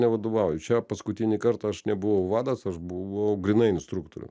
nevadovauju čia paskutinį kartą aš nebuvau vadas aš buvau grynai instruktorium